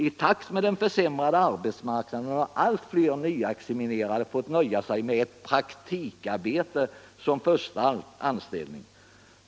I takt med den försämrade arbetsmarknaden har allt fler nyexaminerade fått nöja sig med ett praktikarbete som första anställning.